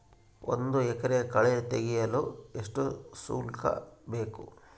ಒಂದು ಎಕರೆ ಕಳೆ ತೆಗೆಸಲು ಎಷ್ಟು ಶುಲ್ಕ ಬೇಕು?